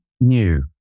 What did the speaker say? new